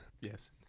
Yes